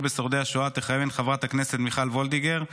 בשורדי השואה תכהן חברת הכנסת מיכל וולדיגר,